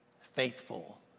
faithful